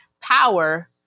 power